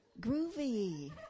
Groovy